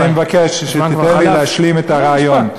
אז אני מבקש שתיתן לי להשלים את הרעיון.